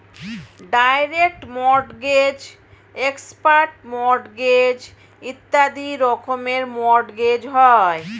direct mortgage, expert mortgage ইত্যাদি রকমের mortgage হয়